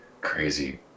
crazy